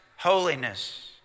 Holiness